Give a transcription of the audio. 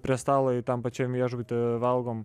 prie stalo jei tam pačiam viešbuty valgom